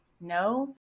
No